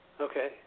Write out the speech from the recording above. Okay